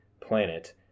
planet